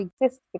exist